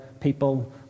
people